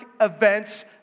events